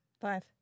Five